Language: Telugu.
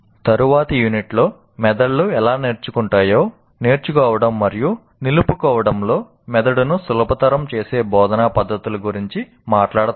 తరువాతి యూనిట్లో మెదళ్ళు ఎలా నేర్చుకుంటాయో నేర్చుకోవడం మరియు నిలుపుకోవడంలో మెదడును సులభతరం చేసే బోధనా పద్ధతుల గురించి మాట్లాడతాము